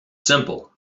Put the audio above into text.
simple